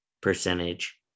percentage